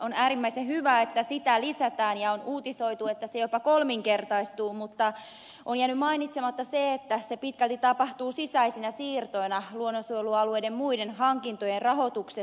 on äärimmäisen hyvä että sitä lisätään ja on uutisoitu että se jopa kolminkertaistuu mutta on jäänyt mainitsematta se että se pitkälti tapahtuu sisäisinä siirtoina luonnonsuojelualueiden muiden hankintojen rahoituksesta